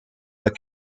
but